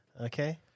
Okay